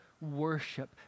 worship